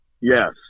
Yes